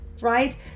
right